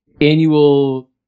annual